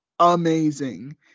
amazing